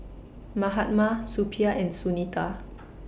Mahatma Suppiah and Sunita